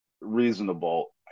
reasonable